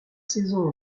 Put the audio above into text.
saison